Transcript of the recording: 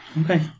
Okay